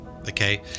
Okay